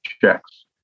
checks